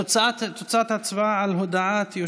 השר ליצמן, הצבעת?